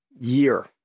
year